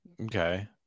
Okay